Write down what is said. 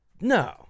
No